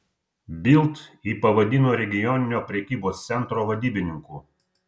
bild jį pavadino regioninio prekybos centro vadybininku